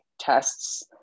tests